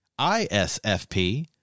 ISFP